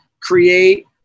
create